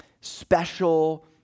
special